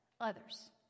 others